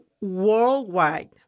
worldwide